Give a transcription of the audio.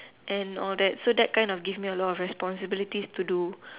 and all that so that kind give me a lot of responsibilities to do